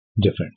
Different